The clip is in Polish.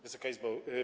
Wysoka Izbo!